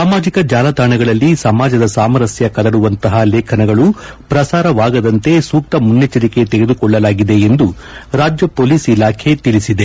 ಸಾಮಾಜಿಕ ಜಾಲತಾಣಗಳಲ್ಲಿ ಸಮಾಜದ ಸಾಮರಸ್ಯ ಕದಡುವಂತಹ ಲೇಖನಗಳು ಪ್ರಸಾರವಾಗದಂತೆ ಸೂಕ್ತ ಮುನ್ನೆಚ್ಚರಿಕೆ ತೆಗೆದುಕೊಳ್ಳಲಾಗಿದೆ ಎಂದು ರಾಜ್ಯ ಪೊಲೀಸ್ ಇಲಾಖೆ ತಿಳಿಸಿದೆ